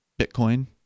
Bitcoin